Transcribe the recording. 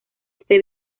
este